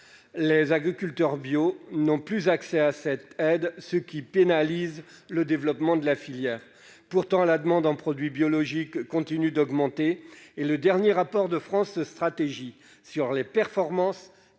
les agriculteurs bio n'ont plus accès à cette aide, ce qui pénalise le développement de la filière. Pourtant, la demande de produits biologiques continue d'augmenter, et le dernier rapport de France Stratégie sur les performances